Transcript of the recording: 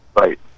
Right